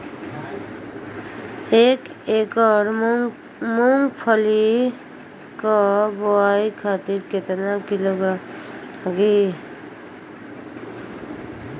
एक एकड़ मूंगफली क बोआई खातिर केतना किलोग्राम बीया लागी?